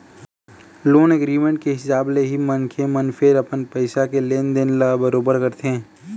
loan agreement के हिसाब ले ही मनखे मन फेर अपन पइसा के लेन देन ल बरोबर करथे